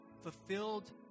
fulfilled